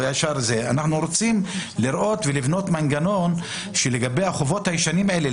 אנחנו רוצים לבנות מנגנון לגבי החובות הישנים האלה,